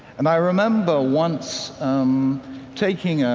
and i remember once um taking, ah